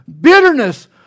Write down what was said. bitterness